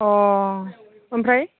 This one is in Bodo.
अ ओमफ्राय